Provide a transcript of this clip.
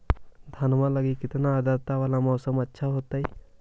धनमा लगी केतना आद्रता वाला मौसम अच्छा होतई?